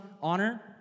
honor